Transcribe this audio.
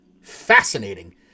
fascinating